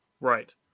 Right